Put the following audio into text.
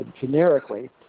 generically